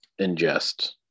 ingest